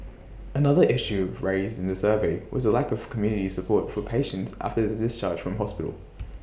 another issue raised in the survey was the lack of community support for patients after their discharge from hospital